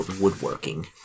woodworking